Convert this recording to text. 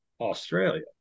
Australia